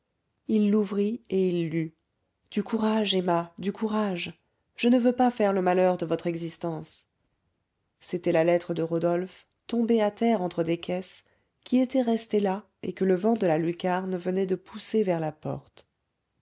il l'ouvrit et il lut du courage emma du courage je ne veux pas faire le malheur de votre existence c'était la lettre de rodolphe tombée à terre entre des caisses qui était restée là et que le vent de la lucarne venait de pousser vers la porte